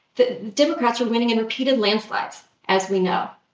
the democrats were winning in repeated landslides, as we know.